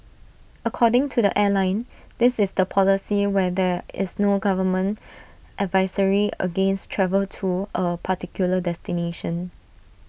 according to the airline this is the policy when there is no government advisory against travel to A particular destination